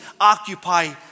occupy